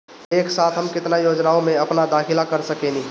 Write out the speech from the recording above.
एक साथ हम केतना योजनाओ में अपना दाखिला कर सकेनी?